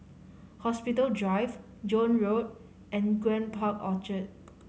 Hospital Drive Joan Road and Grand Park Orchard